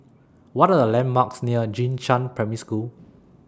What Are The landmarks near Jing Shan Primary School